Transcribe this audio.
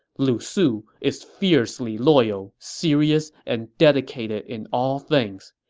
lu su is fiercely loyal, serious, and dedicated in all things.